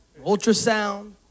Ultrasound